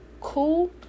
cool